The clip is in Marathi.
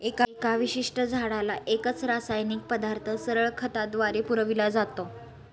एका विशिष्ट झाडाला एकच रासायनिक पदार्थ सरळ खताद्वारे पुरविला जातो